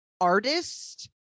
artist